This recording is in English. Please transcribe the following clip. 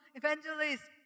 evangelists